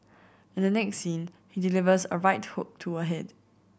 in the next scene he delivers a right hook to her head